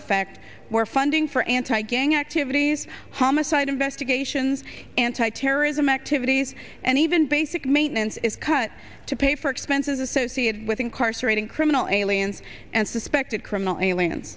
effect where funding for anti gang activities homicide investigations anti terrorism activities and even basic maintenance is cut to pay for expenses associated with incarcerating criminal aliens and suspected criminal alien